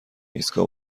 ایستگاه